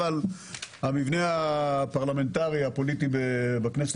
אבל המבנה הפרלמנטרי הפוליטי בכנסת